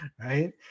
right